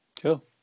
cool